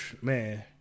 man